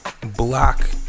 block